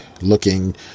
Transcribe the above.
looking